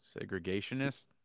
Segregationist